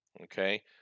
Okay